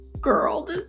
girl